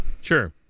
Sure